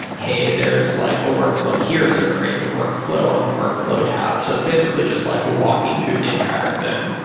hey, there's like a workflow here. so create the workflow on the workflow tab. so it's basically just like walking through the entire thing.